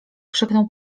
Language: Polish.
krzyknął